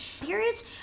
Periods